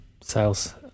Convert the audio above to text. sales